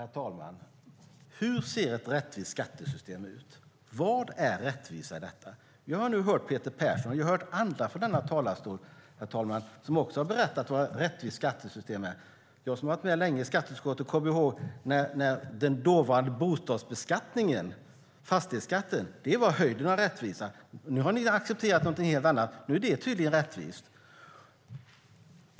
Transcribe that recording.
Herr talman! Hur ser ett rättvist skattesystem ut? Vad är rättvisa i detta? Jag har nu hört Peter Persson och andra från den här talarstolen som har berättat vad ett rättvist skattesystem är. Jag, som har varit med länge i skatteutskottet, kommer ihåg när den dåvarande bostadsbeskattningen, fastighetsskatten, var höjden av rättvisa. Nu har ni accepterat något helt annat, och nu är det tydligen rättvist.